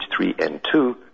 H3N2